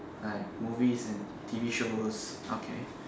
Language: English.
like movies and T_V shows okay